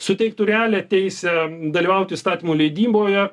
suteiktų realią teisę dalyvauti įstatymų leidyboje